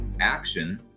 action